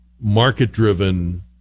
market-driven